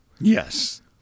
Yes